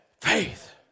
faith